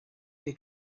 dei